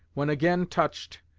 when again touched,